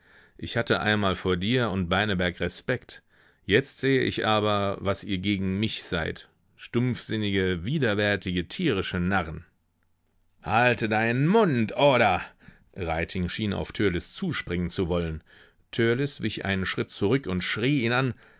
ich hatte einmal vor dir und beineberg respekt jetzt sehe ich aber was ihr gegen mich seid stumpfsinnige widerwärtige tierische narren halt deinen mund oder reiting schien auf törleß zuspringen zu wollen törleß wich einen schritt zurück und schrie ihn an